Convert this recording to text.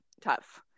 tough